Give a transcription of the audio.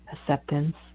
acceptance